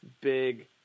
big